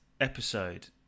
episode